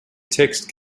text